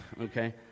okay